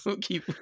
keep